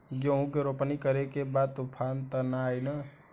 गेहूं के रोपनी करे के बा तूफान त ना आई न?